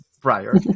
prior